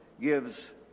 gives